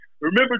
Remember